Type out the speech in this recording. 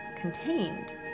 contained